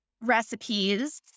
recipes